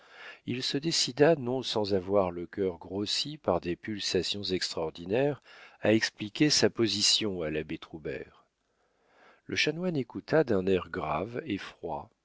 il se décida non sans avoir le cœur grossi par des pulsations extraordinaires à expliquer sa position à l'abbé troubert le chanoine écouta d'un air grave et froid